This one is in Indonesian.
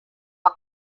pak